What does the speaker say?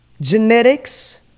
genetics